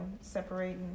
separating